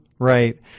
Right